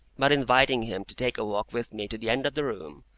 but inviting him to take a walk with me to the end of the room,